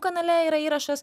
kanale yra įrašas